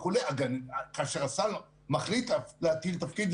כאשר השר מחליט להטיל תפקיד,